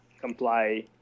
comply